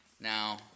Now